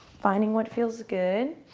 finding what feels good.